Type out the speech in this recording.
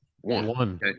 One